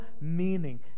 meaning